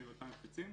כנגד אותם מפיצים.